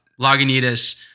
Lagunitas